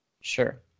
Sure